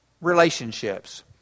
relationships